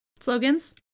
slogans